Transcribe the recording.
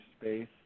space